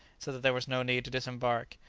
so that there was no need to disembark,